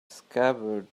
scabbard